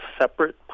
separate